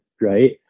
right